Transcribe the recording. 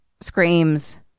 Screams